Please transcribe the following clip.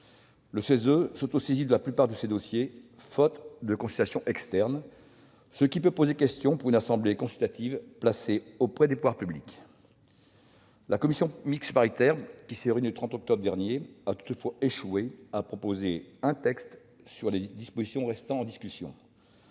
le CESE s'autosaisit de la plupart de ses sujets d'étude, faute de consultations externes, ce qui peut poser question pour une assemblée consultative placée auprès des pouvoirs publics. La commission mixte paritaire, qui s'est réunie le 30 octobre dernier, a toutefois échoué à proposer un texte sur les dispositions restant en discussion.